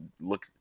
look